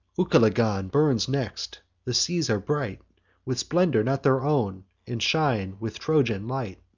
ucalegon burns next the seas are bright with splendor not their own, and shine with trojan light.